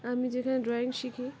আমি যেখানে ড্রয়িং শিখি